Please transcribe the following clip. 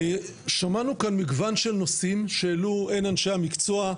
שמענו כאן מגוון של נושאים שהעלו הן אנשי המקצוע,